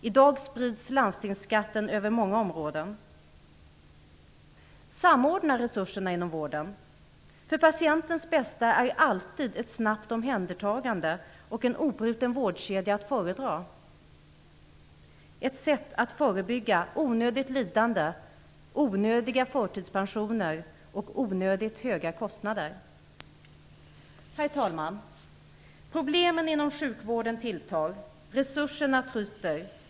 I dag sprids landstingsskatten över många områden. Samordna resurserna inom vården. För patientens bästa är alltid ett snabbt omhändertagande och en obruten vårdkedja att föredra. Det är ett sätt att förebygga onödigt lidande, onödiga förtidspensioner och onödigt höga kostnader. Herr talman! Problemen inom sjukvården tilltar. Resurserna tryter.